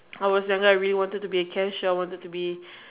I was younger I really wanted to be a cashier I wanted to be